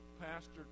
pastor